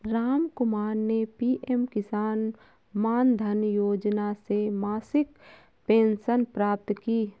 रामकुमार ने पी.एम किसान मानधन योजना से मासिक पेंशन प्राप्त की